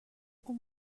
اون